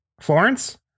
Florence